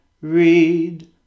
read